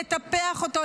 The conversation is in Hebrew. לטפח אותו,